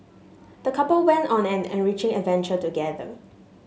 the couple went on an enriching adventure together